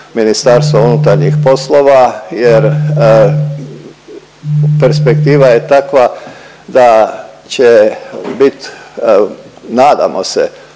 kriminala unutar MUP-a jer perspektiva je takva da će bit nadamo se